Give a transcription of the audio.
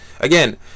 again